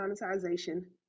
monetization